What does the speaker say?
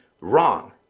wrong